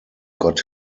got